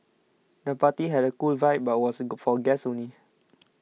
the party had cool vibe but was single for guests only